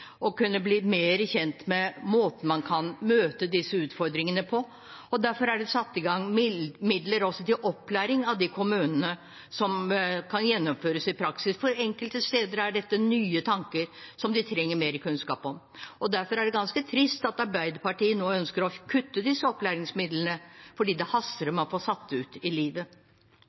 å bli mer kjent med måter man kan møte disse utfordringene på. Derfor er det satt av midler til opplæring av kommunene slik at det kan gjennomføres i praksis, for enkelte steder er dette nye tanker som de trenger mer kunnskap om. Det er derfor ganske trist at Arbeiderpartiet nå ønsker å kutte disse opplæringsmidlene, for det haster med å få satt dette ut i livet.